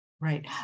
Right